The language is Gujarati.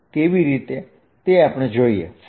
કેવી રીતે તે આપણે જોઈએ